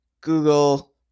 Google